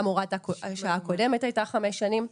גם הוראת השעה הקודמת הייתה חמש שנים,